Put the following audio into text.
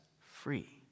free